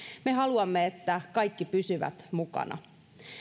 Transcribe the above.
me haluamme että kaikki pysyvät mukana